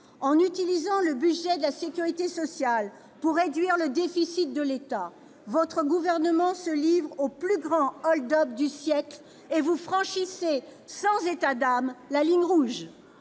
En utilisant le budget de la sécurité sociale pour réduire le déficit de l'État, votre gouvernement se livre au plus grand hold-up du siècle et vous franchissez sans état d'âme la ligne rouge.